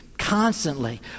Constantly